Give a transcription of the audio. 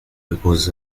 poses